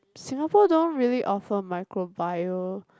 Singapore don't really offer microbio